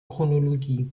chronologie